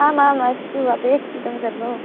आम् आम् अस्तु अपेक्षितं सर्वमपि